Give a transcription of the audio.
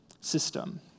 system